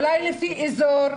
אולי לפי אזור,